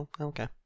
Okay